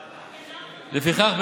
לפיכך,